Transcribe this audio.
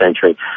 century